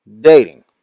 dating